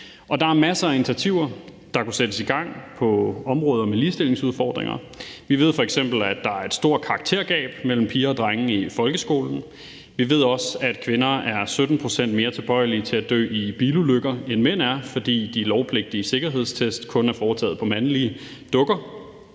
Der er masser af initiativer, der kunne sættes i gang på områder med ligestillingsudfordringer. Vi ved f.eks., at der er et stort karaktergab mellem piger og drenge i folkeskolen. Vi ved også, at kvinder er 17 pct. mere tilbøjelige til at dø i bilulykker, end mænd er, fordi de lovpligtige sikkerhedstests kun er foretaget på mandlige dukker.